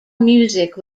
music